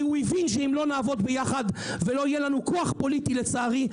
הוא הבין שאם לא נעבוד ביחד ואם לא יהיה לנו כוח פוליטי לצערי,